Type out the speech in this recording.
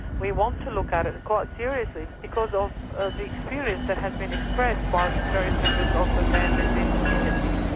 we want to look at it quite seriously because ah of the experience that has been expressed by various members of the gay and lesbian community,